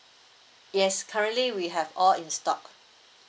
yes currently we have all in stock